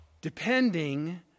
depending